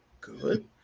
good